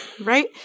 Right